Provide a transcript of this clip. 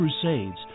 crusades